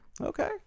Okay